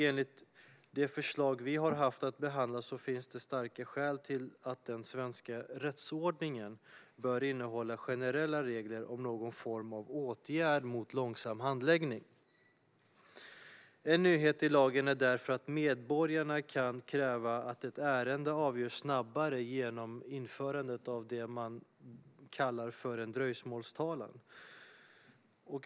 Enligt det förslag som vi haft att behandla finns det starka skäl för att den svenska rättsordningen bör innehålla generella regler om någon form av åtgärd mot långsam handläggning. En nyhet i lagen är därför att medborgarna kan kräva att ett ärende avgörs snabbare genom införandet av en så kallad dröjsmålstalan.